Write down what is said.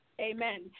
Amen